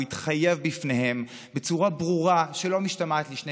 הוא התחייב בפניהם בצורה ברורה שלא משתמעת לשני